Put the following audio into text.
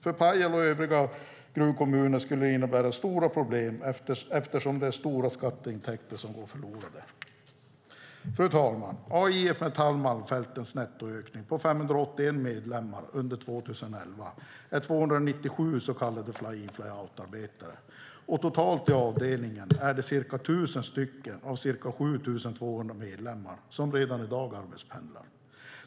För Pajala och övriga gruvkommuner skulle det innebära stora problem eftersom det är stora skatteintäkter som går förlorade. Fru talman! Av IF Metall Malmfältens nettoökning på 581 medlemmar under 2011 är 297 så kallade fly-in/fly-out-arbetare, och totalt i avdelningen är det ca 1 000 av ca 7 200 medlemmar som redan i dag arbetspendlar.